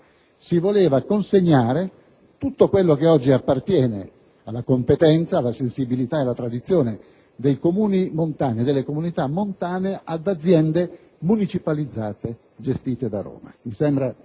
si voleva consegnare tutto quello che oggi appartiene alla competenza, alla sensibilità e alla tradizione dei Comuni e delle comunità montane ad aziende municipalizzate gestite da Roma. Mi sembra